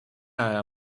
aja